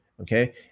okay